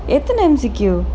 எத்தனை:ethanai M_C_Q